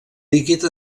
líquid